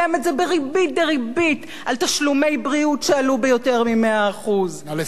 בריבית דריבית על תשלומי בריאות שעלו ביותר מ-100% נא לסכם.